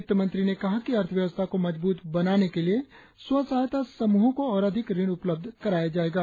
वित्तमंत्री ने कहा कि अर्थव्यवस्था को मजबूत बनाने के लिए स्व सहायता समूहों को और अधिक ऋण उपलब्ध कराया जायेगा